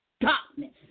darkness